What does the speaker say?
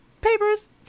papers